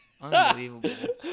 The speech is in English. Unbelievable